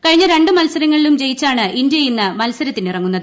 കഴിഞ്ഞ രണ്ട് മത്സരങ്ങളിലും ജയിച്ചാണ് ഇന്ത്യ ഇന്ന് മത്സരത്തിനിറങ്ങുന്നത്